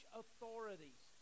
authorities